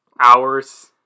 hours